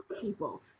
people